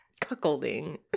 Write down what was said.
Cuckolding